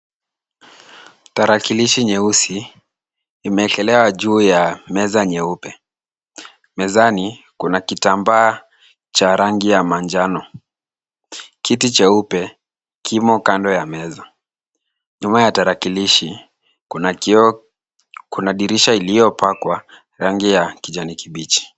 Tarakilishi nyeusi imewekelewa juu ya meza nyeupe. Mezani kuna kitambaa cha rangi ya manjano. Kiti cheupe kimo kando ya meza. Nyuma ya tarakilishi kuna kioo, kuna dirisha iliyopakwa rangi ya kijani kibichi.